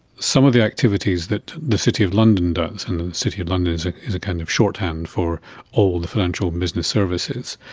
some of the activities that the city of london, and the the city of london is ah is a kind of shorthand for all the financial business services,